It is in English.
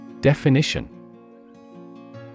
Definition